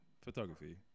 photography